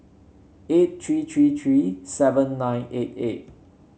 eight three three three seven nine eight eight